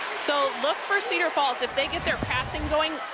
so, look for cedar falls, if they get their passing going,